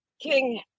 King